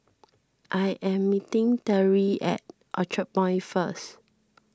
I am meeting Teri at Orchard Point first